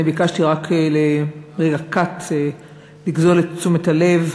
אני ביקשתי לרגע קטן לגזול את תשומת הלב,